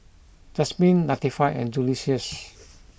Jasmyn Latifah and Julious